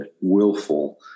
Willful